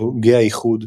והוגה האיחוד,